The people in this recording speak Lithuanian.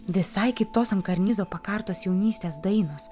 visai kitos ant karnizo pakartos jaunystės dainos